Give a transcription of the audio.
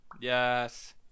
yes